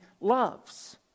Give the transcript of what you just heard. loves